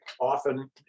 often